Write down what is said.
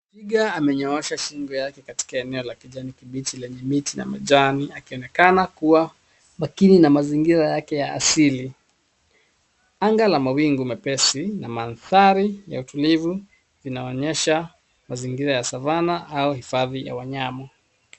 Twiga amenyoosha shingo yake katika eneo la kijani kibichi lenye miti na majani akionekana kuwa makini na mazingira yake ya asili. Anga la mawingu mepesi na mandhari ya utulivu inaonyesha mazingira ya Savana au hifadhi ya wanyama.